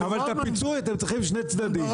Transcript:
אבל את הפיצוי אתם צריכים שני צדדים.